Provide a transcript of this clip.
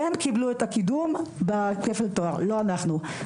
הם קיבלו את הקידום בכפל תואר, לא אנחנו.